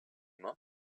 aimas